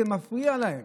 זה מפריע להם.